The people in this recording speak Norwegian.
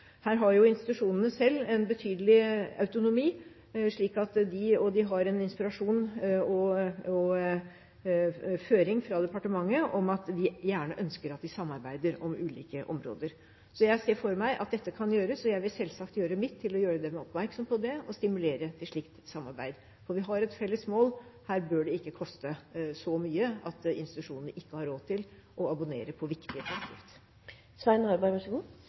Her har institusjonene selv en betydelig autonomi, og de har en inspirasjon og en føring fra departementet om at vi gjerne ønsker at de samarbeider om ulike områder. Så jeg ser for meg at dette kan gjøres. Jeg vil selvsagt gjøre mitt for å gjøre dem oppmerksom på det og stimulere til slikt samarbeid, for vi har et felles mål: Her bør det ikke koste så mye at institusjonene ikke har råd til å abonnere på viktige